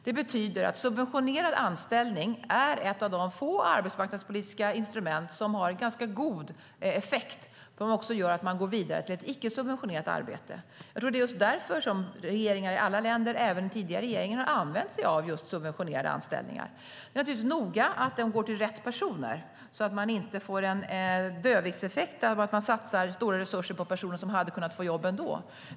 Det betyder att subventionerad anställning är ett av de få arbetsmarknadspolitiska instrument som har ganska god effekt och som också leder till att man går vidare till ett icke-subventionerat arbete. Jag tror att det är just därför som regeringar i alla länder - även den tidigare regeringen - har använt sig av just subventionerade anställningar. Det är naturligtvis viktigt att anställningarna går till rätt personer, så att man inte får en dödviktseffekt genom att satsa resurser på personer som hade kunnat få jobb ändå.